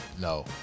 No